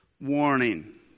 warning